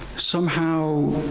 somehow.